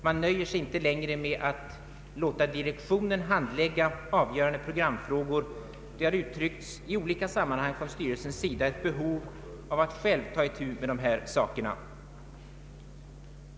Man låter sig inte längre nöja med att direktionen handlägger avgörande programfrågor. Styrelsen har i olika sammanhang uttryckt ett behov av att själv få ta itu med dessa problem.